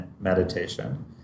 meditation